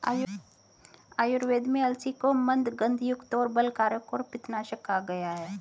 आयुर्वेद में अलसी को मन्दगंधयुक्त, बलकारक और पित्तनाशक कहा गया है